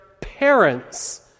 parents